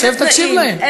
תשב, תקשיב להן.